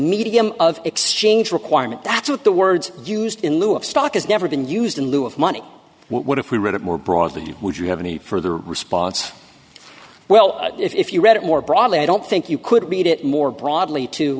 medium of exchange requirement that's what the words used in lieu of stock is never been used in lieu of money what if we read it more broadly you would you have any further response well if you read it more broadly i don't think you could read it more broadly to